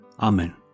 Amen